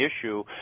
issue